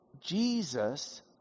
Jesus